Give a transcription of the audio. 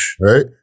right